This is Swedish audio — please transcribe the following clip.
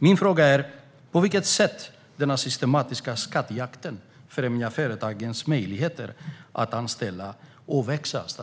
Min fråga till statsrådet är på vilket sätt denna systematiska skattejakt främjar företagens möjligheter att anställa och växa.